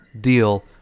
deal